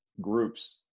groups